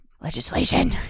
legislation